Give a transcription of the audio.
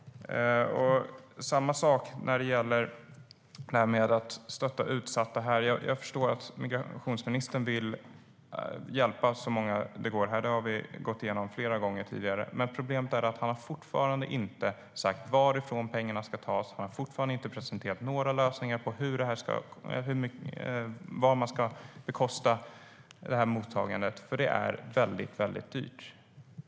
Det är samma sak när vi talar om att stötta utsatta här. Jag förstår att migrationsministern vill hjälpa så många det går här. Det har vi gått igenom flera gånger tidigare. Men han har fortfarande inte sagt varifrån pengarna ska tas. Han har fortfarande inte presenterat några lösningar på hur man ska bekosta mottagandet, för det är väldigt dyrt.